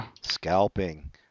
Scalping